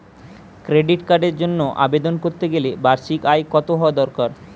Credit কার্ডের জন্য আবেদন করতে গেলে বার্ষিক আয় কত হওয়া দরকার?